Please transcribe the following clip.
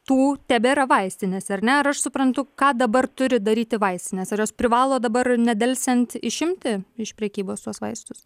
tų tebėra vaistinėse ar ne ar aš suprantu ką dabar turi daryti vaistinės ar jos privalo dabar nedelsiant išimti iš prekybos tuos vaistus